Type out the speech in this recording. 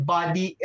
Body